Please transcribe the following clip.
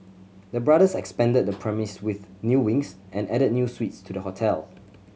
the brothers expanded the premise with new wings and added new suites to the hotel